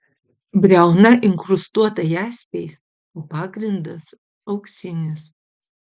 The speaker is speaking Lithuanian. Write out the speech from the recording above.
briauna inkrustuota jaspiais o pagrindas auksinis